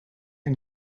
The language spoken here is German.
ein